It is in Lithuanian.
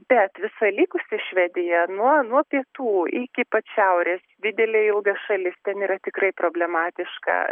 bet visa likusi švedija nuo nuo pietų iki pat šiaurės didelė ilga šalis ten yra tikrai problematiška